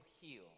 heal